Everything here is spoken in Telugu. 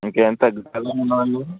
ఇంక ఎంత